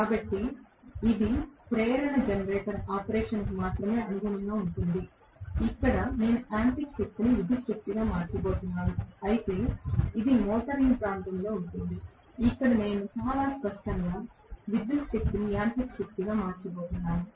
కాబట్టి ఇది ప్రేరణ జనరేటర్ ఆపరేషన్కు మాత్రమే అనుగుణంగా ఉంటుంది ఇక్కడ నేను యాంత్రిక శక్తిని విద్యుత్ శక్తిగా మార్చబోతున్నాను అయితే ఇది మోటరింగ్ ప్రాంతంలో జరుగుతుంది ఇక్కడ నేను చాలా స్పష్టంగా విద్యుత్ శక్తిని యాంత్రిక శక్తిగా మార్చబోతున్నాను